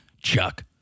Chuck